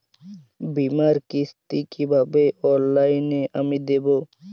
বীমার কিস্তি কিভাবে অনলাইনে আমি দেবো?